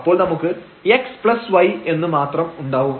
അപ്പോൾ നമുക്ക് |x||y| എന്ന് മാത്രം ഉണ്ടാവും